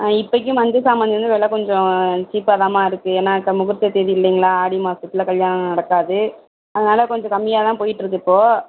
ஆ இப்பைக்கு மஞ்ச சாமந்தி வந்து வில கொஞ்சம் சீப்பாக தாம்மா இருக்கு ஏன்னா இப்போ முகூர்த்த தேதி இல்லைங்ளா ஆடி மாசத்தில் கல்யாணம் நடக்காது அதனால் கொஞ்சம் கம்மியாகதான் போயிட்டுருக்கு இப்போ